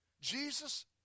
Jesus